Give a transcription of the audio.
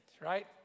right